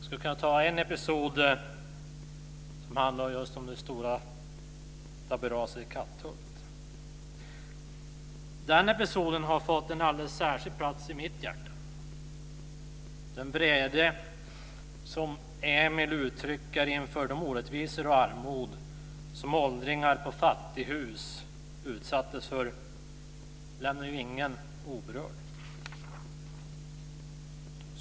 Jag kan som exempel ta episoden om det stora tabelraset i Katthult. Den episoden har fått en alldeles särskild plats i mitt hjärta. Den vrede som Emil uttrycker inför de orättvisor och det armod som åldringar på fattighus utsattes för lämnar ingen oberörd.